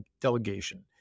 delegation